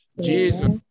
Jesus